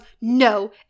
no